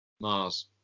Mars